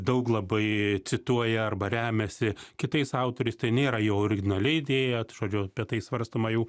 daug labai cituoja arba remiasi kitais autoriais tai nėra jo originali idėja t žodžiu apie tai svarstoma jau